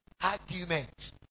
argument